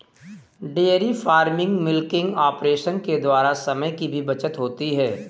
dairy farming milking operation के द्वारा समय की भी बचत होती है